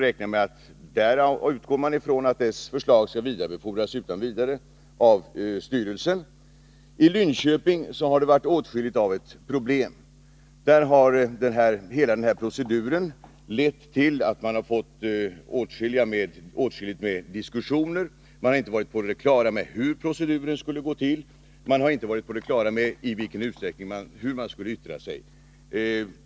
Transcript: Där utgår man ifrån att dess förslag skall vidarebefordras utan vidare av styrelsen. I Linköping har det varit åtskilligt av ett problem. Där har hela denna procedur lett till att man fått åtskilligt av diskussioner. Man har inte varit på det klara med hur proceduren skulle gå till, och man har inte känt till hur man skulle yttra sig.